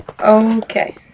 Okay